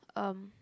um